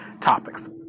topics